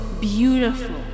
beautiful